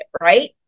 right